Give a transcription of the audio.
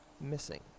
missing